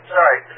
Sorry